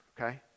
okay